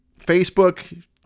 Facebook